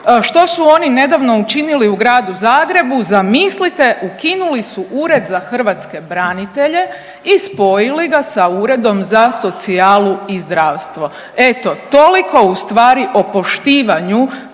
što su oni nedavno učinili u gradu Zagrebu zamislite ukinuli su Ured za hrvatske branitelje i spojili ga sa Uredom za socijalu i zdravstvo. Eto toliko u stvari o poštivanju